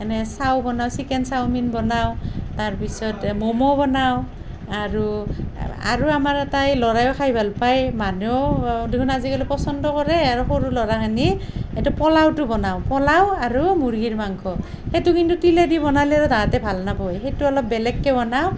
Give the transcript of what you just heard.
যেনে চাউ বনাওঁ chicken chowmein বনাওঁ তাৰ পিছতে মম' বনাওঁ আৰু আৰু আমাৰ এটা এই ল'ৰায়ো খাই ভাল পাই মানুহেও দেখোন আজিকালি পচন্দ কৰে আৰু সৰু ল'ৰাখিনি এইটো প'লাওটো বনাওঁ প'লাও আৰু মূৰ্গীৰ মাংস সেইটো কিন্তু তিলেদি বনালে আৰু তাঁহাতে ভাল নাপাৱে সেইটো অলপ বেলেগকে বনাওঁ